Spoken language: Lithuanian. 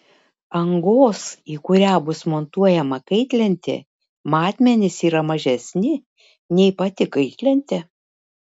angos į kurią bus montuojama kaitlentė matmenys yra mažesni nei pati kaitlentė